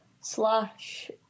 Slash